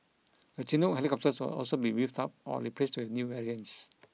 the Chinook helicopters will also be beefed up or replaced with new variants